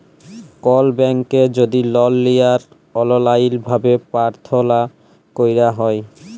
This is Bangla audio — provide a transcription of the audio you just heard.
কল ব্যাংকে যদি লল লিয়ার অললাইল ভাবে পার্থলা ক্যরা হ্যয়